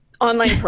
online